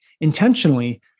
intentionally